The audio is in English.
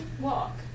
walk